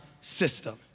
system